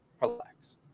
Relax